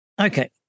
Okay